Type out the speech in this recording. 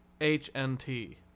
H-N-T